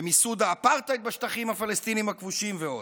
במיסוד האפרטהייד בשטחים הפלסטינים הכבושים ועוד.